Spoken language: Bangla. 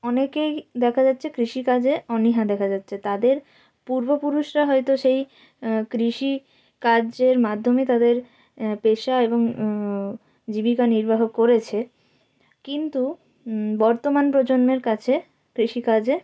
অনেকেই দেখা যাচ্ছে কৃষিকাজে অনীহা দেখা যাচ্ছে তাদের পূর্বপুরুষরা হয়তো সেই কৃষিকার্যের মাধ্যমে তাদের পেশা এবং জীবিকা নিৰ্বাহ করেছে কিন্তু বর্তমান প্রজন্মের কাছে কৃষিকাজে